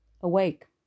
awake